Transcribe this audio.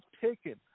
taken